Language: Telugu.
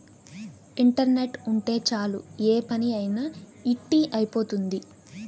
ఇంటర్నెట్ ఉంటే చాలు ఏ పని అయినా ఇట్టి అయిపోతుంది